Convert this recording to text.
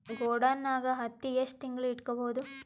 ಗೊಡಾನ ನಾಗ್ ಹತ್ತಿ ಎಷ್ಟು ತಿಂಗಳ ಇಟ್ಕೊ ಬಹುದು?